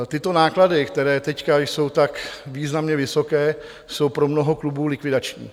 Tyto náklady, které teď jsou tak významně vysoké, jsou pro mnoho klubů likvidační.